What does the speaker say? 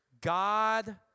God